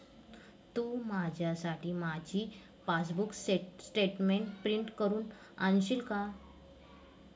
तू माझ्यासाठी माझी passbook statement print करून आणशील का?